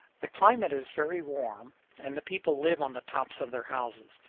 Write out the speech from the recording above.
the climate is very warm and the people live on the tops of their houses.